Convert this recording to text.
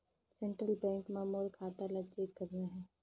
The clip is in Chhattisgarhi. सेंट्रल बैंक मां मोर खाता ला चेक करना हे?